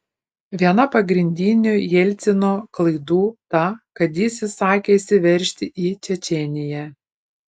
viena pagrindinių jelcino klaidų ta kad jis įsakė įsiveržti į čečėniją